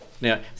Now